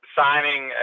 signing